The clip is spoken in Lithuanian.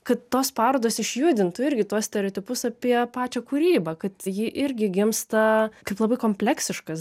kad tos parodos išjudintų irgi tuos stereotipus apie pačią kūrybą kad ji irgi gimsta kaip labai kompleksiškas